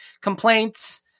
complaints